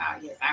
Yes